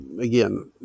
again